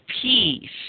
Peace